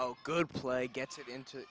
oh good play gets it into